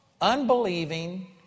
unbelieving